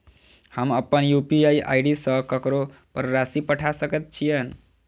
हम अप्पन UPI ID सँ ककरो पर राशि पठा सकैत छीयैन?